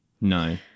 No